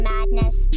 Madness